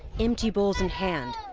empty bowls in hand,